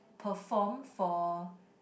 perform for